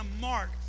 mark